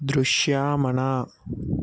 దృశ్యామాన